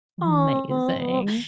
Amazing